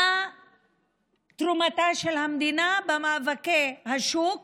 מה תרומתה של המדינה במאבקי השוק